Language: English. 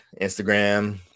instagram